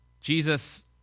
Jesus